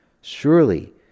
Surely